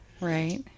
Right